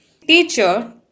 teacher